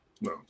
No